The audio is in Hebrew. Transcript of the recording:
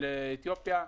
לאתיופיה.